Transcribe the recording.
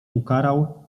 ukarał